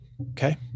Okay